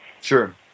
Sure